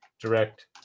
direct